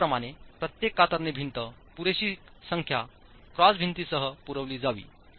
code प्रमाणे प्रत्येक कातरणे भिंत पुरेशी संख्या क्रॉस भिंतीसह पुरविली जावी